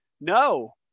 No